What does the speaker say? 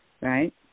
right